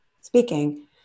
speaking